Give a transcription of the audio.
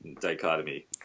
dichotomy